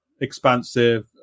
expansive